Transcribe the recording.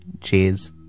Cheers